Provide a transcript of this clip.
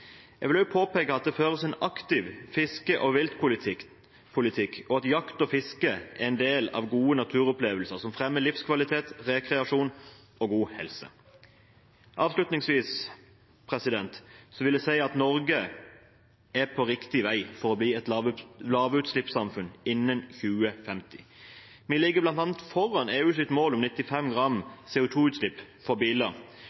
Jeg vil også påpeke at det føres en aktiv fiske- og viltpolitikk, og at jakt og fiske er en del av gode naturopplevelser som fremmer livskvalitet, rekreasjon og god helse. Avslutningsvis vil jeg si at Norge er på riktig vei for å bli et lavutslippssamfunn innen 2050. Vi ligger bl.a. foran EUs mål om 95